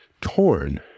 torn